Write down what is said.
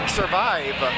survive